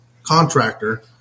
contractor